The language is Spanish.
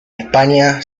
españa